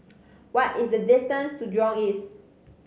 what is the distance to Jurong East